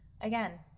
again